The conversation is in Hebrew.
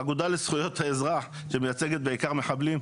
אגודה לזכויות האזרח שמייצגת בעיקר מחבלים.